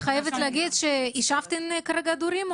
יישבתן את הדורים?